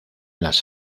las